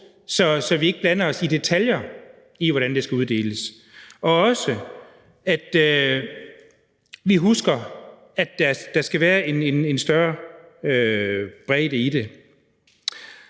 at vi ikke blander os i detaljer om, hvordan der skal uddeles, dels huske på, at der skal være en større bredde i det,